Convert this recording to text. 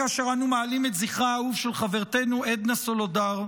כאשר אנו מעלים את זכרה האהוב של חברתנו עדנה סולודר,